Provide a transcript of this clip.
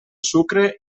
sucre